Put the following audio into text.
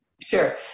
Sure